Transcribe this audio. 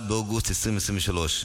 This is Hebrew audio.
1 באוגוסט 2023,